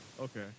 Okay